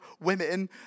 women